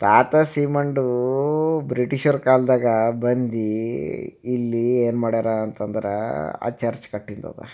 ತಾತ ಸೀಮಂಡು ಬ್ರಿಟಿಷರ ಕಾಲದಾಗ ಬಂದು ಇಲ್ಲಿ ಏನು ಮಾಡ್ಯಾರ ಅಂತಂದ್ರೆ ಆ ಚರ್ಚ್ ಕಟ್ಟಿದ್ದಿದೆ